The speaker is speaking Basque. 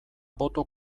boto